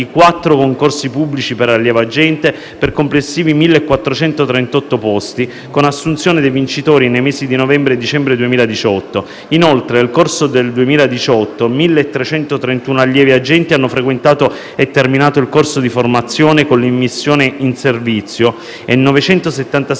concorsi pubblici per allievo agente per complessivi 1.438 posti con assunzione dei vincitori nei mesi di novembre e dicembre 2018. Inoltre, nel corso del 2018, 1.331 allievi agenti hanno frequentato e terminato il corso di formazione con l'immissione in servizio e 977